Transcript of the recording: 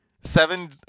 seven